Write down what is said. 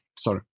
Sorry